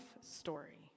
story